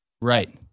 Right